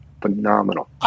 phenomenal